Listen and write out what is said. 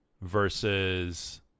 versus